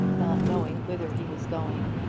not knowing whither he was going.